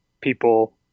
people